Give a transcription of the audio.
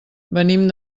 venim